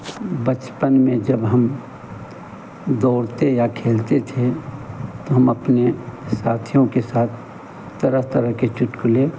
बचपन में जब हम दौड़ते या खेलते थे तो हम अपने साथियों के साथ तरह तरह के चुटकुले